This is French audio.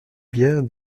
bien